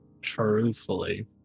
Truthfully